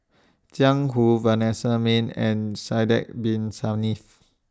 Jiang Hu Vanessa Mae and Sidek Bin Saniff